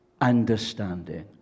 understanding